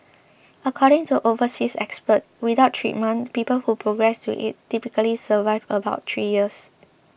according to overseas experts without treatment people who progress to AIDS typically survive about three years